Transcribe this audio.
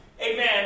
Amen